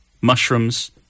mushrooms